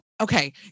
Okay